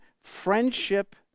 friendship